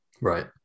Right